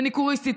מניקוריסטית,